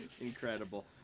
Incredible